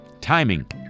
Timing